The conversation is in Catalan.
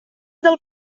del